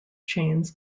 chains